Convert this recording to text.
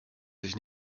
sich